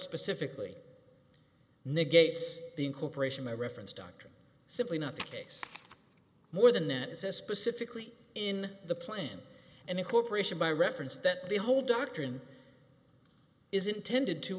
specifically negates the incorporation my reference doctrine simply not the case more than that it says specifically in the plan and incorporation by reference that the whole doctrine is intended to